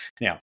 Now